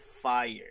Fired